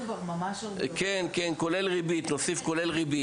כולל ריבית.